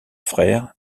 frère